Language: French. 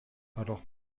alors